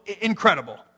incredible